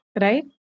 right